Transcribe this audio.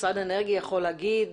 משרד האנרגיה יכול להגיד,